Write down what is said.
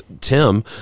Tim